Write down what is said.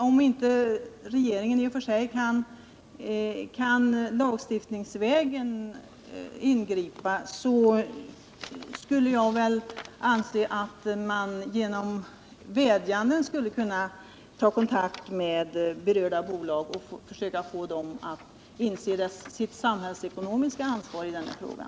Om regeringen inte kan ingripa lagstiftningsvägen, anser jag att man kan ta kontakt med berört bolag och försöka få det att inse sitt samhällsekonomiska ansvar i den här frågan.